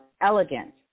elegant